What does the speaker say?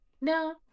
No